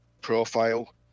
profile